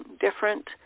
different